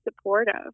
supportive